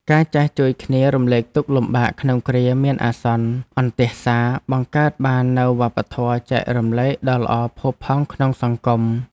ការចេះជួយគ្នារំលែកទុក្ខលំបាកក្នុងគ្រាមានអាសន្នអន្ទះសារបង្កើតបាននូវវប្បធម៌ចែករំលែកដ៏ល្អផូរផង់ក្នុងសង្គម។